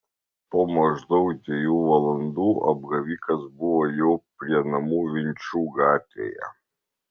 po maždaug dviejų valandų apgavikas buvo jau prie namų vinčų gatvėje